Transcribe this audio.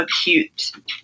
acute